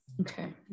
Okay